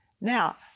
Now